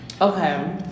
Okay